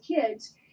kids